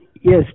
Yes